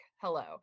hello